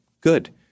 Good